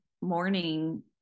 morning